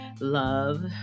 love